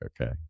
okay